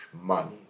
money